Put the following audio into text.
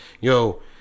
yo